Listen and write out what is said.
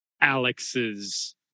Alex's